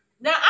Now